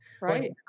right